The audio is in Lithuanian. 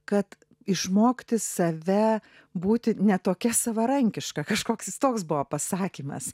kad išmokti save būti ne tokia savarankiška kažkoks jis toks buvo pasakymas